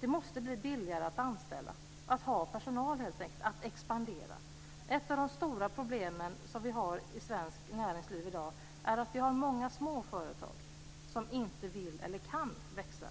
Det måste bli billigare att anställa - helt enkelt att ha personal - och att expandera. Ett av de stora problemen i svenskt näringsliv i dag är att vi har många småföretag som av olika anledningar inte vill, eller inte kan, växa.